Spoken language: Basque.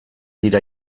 dira